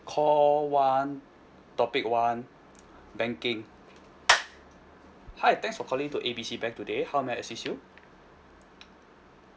call one topic one banking hi thanks for calling in to A B C bank today how may I assist you